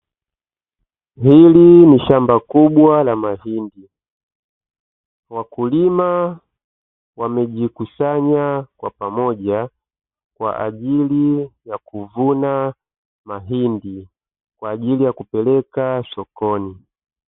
Hili ni shamba kubwa la mahindi, wakulima wamejikusanya kwa pamoja kwa ajili ya kuvuna mahindi, kwa ajili ya kupeleka sokoni.